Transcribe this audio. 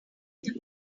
mailed